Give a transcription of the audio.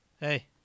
Hey